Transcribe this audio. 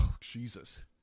Jesus